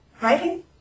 writing